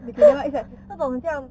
okay then it's like 如果你这样